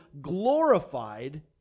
glorified